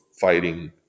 fighting